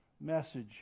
message